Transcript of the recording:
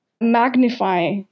magnify